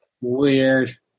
Weird